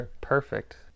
perfect